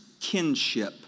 kinship